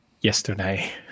yesterday